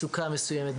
מצוקה מסוימת,